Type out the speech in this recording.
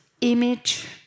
image